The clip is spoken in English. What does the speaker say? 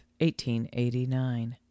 1889